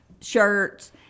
shirts